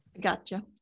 Gotcha